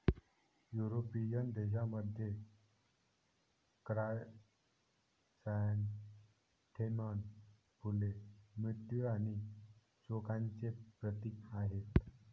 European देशांमध्ये, chrysanthemum फुले मृत्यू आणि शोकांचे प्रतीक आहेत